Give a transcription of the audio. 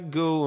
go